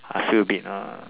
I feel a bit nah